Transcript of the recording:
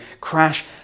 crash